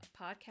Podcast